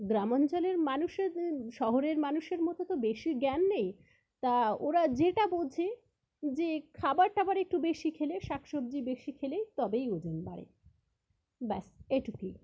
গ্রামাঞ্চলের মানুষের শহরের মানুষের মতো তো বেশি জ্ঞান নেই তা ওরা যেটা বোঝে যে খাবার টাবার একটু বেশি খেলে শাক সবজি বেশি খেলে তবেই ওজন বাড়ে ব্যস এটুকুই